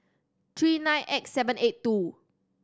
three nine X seven eight two